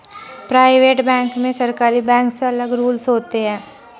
private bank में सरकारी bank से अलग रूल्स होते है